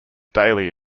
daily